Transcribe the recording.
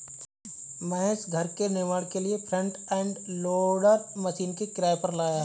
महेश घर के निर्माण के लिए फ्रंट एंड लोडर मशीन किराए पर लाया